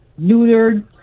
neutered